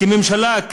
כממשלה,